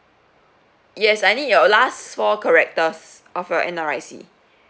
yes I need your last four characters of your N_R_I_C